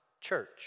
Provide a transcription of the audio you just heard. church